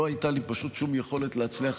לא הייתה לי פשוט שום יכולת להצליח,